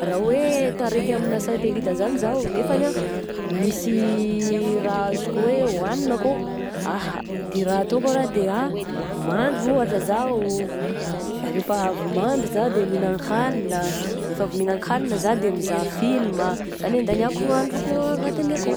Raha hoe taraiky amina satelita zany zaho nefany ah misy raha azoko hagnina akao, ahah de raha ataoko arô de ah, mandry ohatra zaho, rehefa avy mandry izao de mihinan-kagnina, rehefa avy mihin-kagnina zah de mizaha film ah, zany andaniako andro anaty akoa.